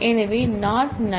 எனவே நாட் நல்